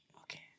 Okay